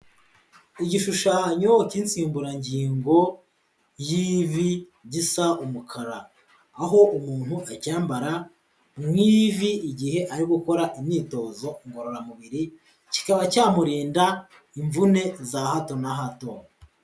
Igishushanyo cy' insimburangingo y'ivi gisa umukara, aho umuntu acyambara mu ivi igihe ari gukora imyitozo ngororamubiri, kikaba cyamurinda imvune za hato na hato.